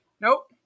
Nope